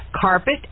Carpet